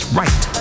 right